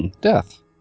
death